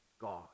God